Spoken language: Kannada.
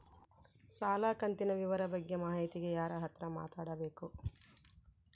ಸಾಲ ಕಂತಿನ ವಿವರ ಬಗ್ಗೆ ಮಾಹಿತಿಗೆ ಯಾರ ಹತ್ರ ಮಾತಾಡಬೇಕು?